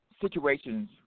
situations